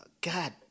God